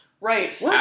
right